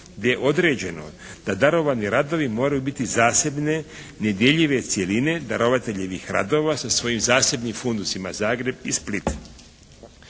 gdje je određeno da darovani radovi moraju biti zasebne, nedjeljive cjeline darovateljevih radova sa svojim zasebnim fundusima Zagreb i Split.